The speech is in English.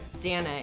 Dana